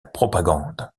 propagande